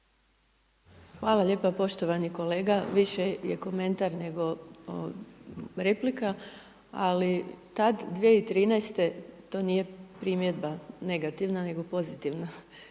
Hvala lijepa poštovani kolega. Više je komentar nego replika. Ali tad 2013. to nije primjedba negativna, nego pozitivna.